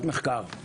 מחקר.